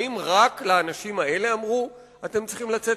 האם רק לאנשים האלה אמרו: אתם צריכים לצאת